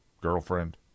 girlfriend